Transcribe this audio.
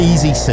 Easy